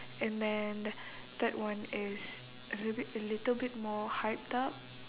and then third one is a little bit a little bit more hyped up